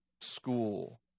school